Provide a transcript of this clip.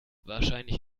wahrscheinlich